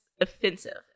offensive